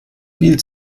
viel